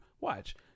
watch